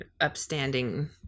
upstanding